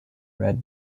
red